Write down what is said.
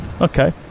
Okay